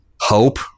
hope